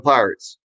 Pirates